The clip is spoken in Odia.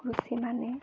କୃଷିମାନେ